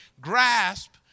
grasp